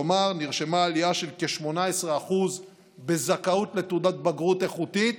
כלומר נרשמה עלייה של כ-18% בזכאות לתעודת איכותית